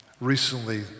Recently